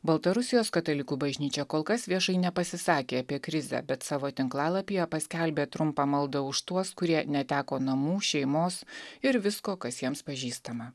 baltarusijos katalikų bažnyčia kol kas viešai nepasisakė apie krizę bet savo tinklalapyje paskelbė trumpą maldą už tuos kurie neteko namų šeimos ir visko kas jiems pažįstama